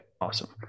awesome